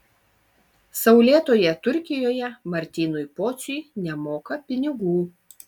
saulėtoje turkijoje martynui pociui nemoka pinigų